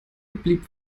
blieb